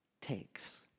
takes